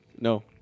No